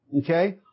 okay